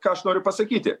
ką aš noriu pasakyti